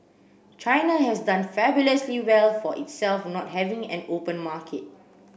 China has done fabulously well for itself not having an open market